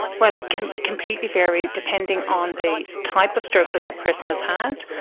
well, it can completely vary depending on the type of stroke that that person has had,